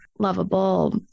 lovable